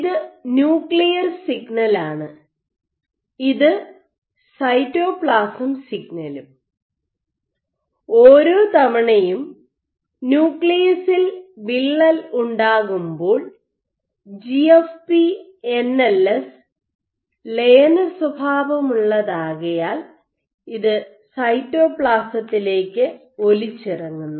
ഇത് ന്യൂക്ലിയർ സിഗ്നലാണ് ഇത് സൈറ്റോപ്ലാസം സിഗ്നലും ഓരോ തവണയും ന്യൂക്ലിയസിൽ വിള്ളൽ ഉണ്ടാകുമ്പോൾ ജിഎഫ്പി എൻഎൽഎസ് ലയന സ്വഭാവമുള്ളതാകയാൽ ഇത് സൈറ്റോപ്ലാസത്തിലേക്ക് ഒലിച്ചിറങ്ങുന്നു